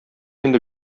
инде